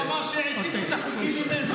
אבל הוא אמר שהעתיקו את החוקים ממנו.